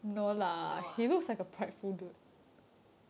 no ah